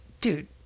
dude